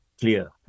clear